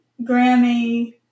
Grammy